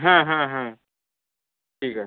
হ্যাঁ হ্যাঁ হ্যাঁ ঠিক আছে